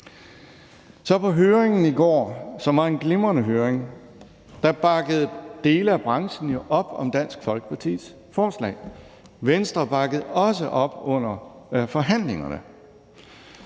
På høringen i går, som var en glimrende høring, bakkede dele af branchen jo op om Dansk Folkepartis forslag. Venstre bakkede også op under forhandlingerne.